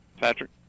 Patrick